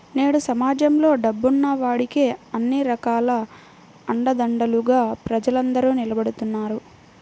నేడు సమాజంలో డబ్బున్న వాడికే అన్ని రకాల అండదండలుగా ప్రజలందరూ నిలబడుతున్నారు